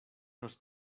nos